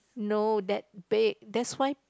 no that big that's why